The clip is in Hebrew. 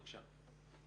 בבקשה.